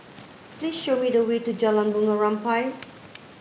please show me the way to Jalan Bunga Rampai